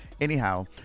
anyhow